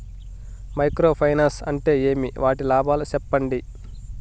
Micro finance అంటే ఏమి? వాటి లాభాలు సెప్పండి?